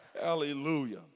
Hallelujah